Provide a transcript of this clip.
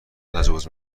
تجاوز